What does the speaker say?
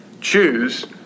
choose